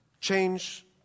change